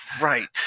right